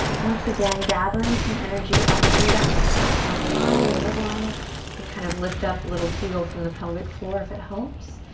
once again, gathering some energy up through that center plumb line, the midline. you can kind of lift up, little kegel from the pelvic floor if it helps.